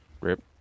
Rip